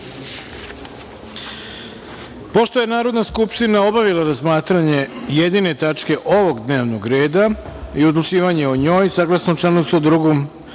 je Narodna skupština obavila razmatranje jedine tačke ovog dnevnog reda i odlučivanje o njoj, saglasno članu 102.